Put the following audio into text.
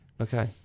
Okay